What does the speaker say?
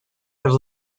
have